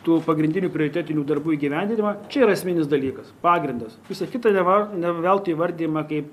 tų pagrindinių prioritetinių darbų įgyvendinimą čia yra esminis dalykas pagrindas visa kita neva ne veltui įvardijama kaip